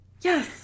yes